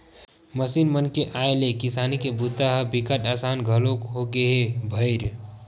machine मन के आए ले किसानी के बूता ह बिकट असान घलोक होगे हे भईर